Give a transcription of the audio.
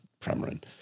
Premarin